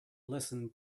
listen